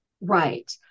Right